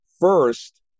First